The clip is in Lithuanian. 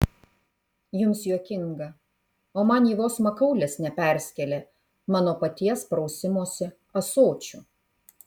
jums juokinga o man ji vos makaulės neperskėlė mano paties prausimosi ąsočiu